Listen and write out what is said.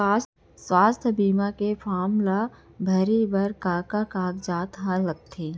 स्वास्थ्य बीमा के फॉर्म ल भरे बर का का कागजात ह लगथे?